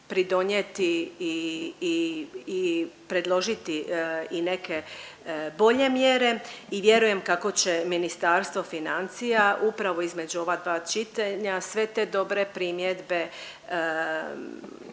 pridonijeti i predložiti i neke bolje mjere i vjerujem kako će Ministarstvo financija upravo između ova dva čitanja sve te dobre primjedbe